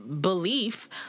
belief